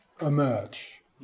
emerge